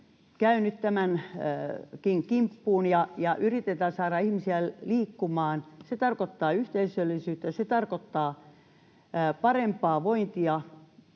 käy nyt tämänkin kimppuun, ja yritetään saada ihmisiä liikkumaan. Se tarkoittaa yhteisöllisyyttä, se tarkoittaa parempaa vointia.